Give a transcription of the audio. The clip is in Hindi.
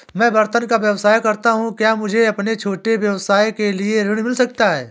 मैं बर्तनों का व्यवसाय करता हूँ क्या मुझे अपने छोटे व्यवसाय के लिए ऋण मिल सकता है?